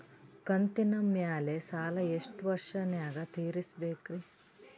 ಕಂತಿನ ಮ್ಯಾಲ ಸಾಲಾ ಎಷ್ಟ ವರ್ಷ ನ್ಯಾಗ ತೀರಸ ಬೇಕ್ರಿ?